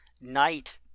night